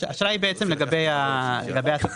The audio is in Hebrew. היא בעצם לגבי התקנות.